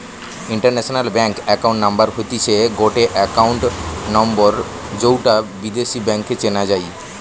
international bank account number হতিছে গটে account number যৌটা বিদেশী ব্যাংকে চেনা যাই